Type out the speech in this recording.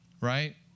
right